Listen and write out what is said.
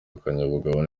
akanyabugabo